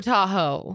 Tahoe